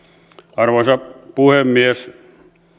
arvoisa puhemies